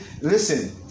Listen